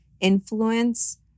influence